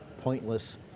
pointless